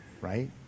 Right